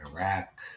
Iraq